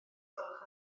gwelwch